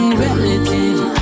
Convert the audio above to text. relative